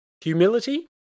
Humility